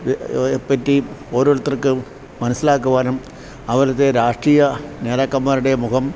പ്പറ്റി ഓരോരുത്തർക്കു മനസ്സിലാക്കുവാനും അവിടത്തെ രാഷ്ട്രീയ നേതാക്കന്മാരുടെ മുഖം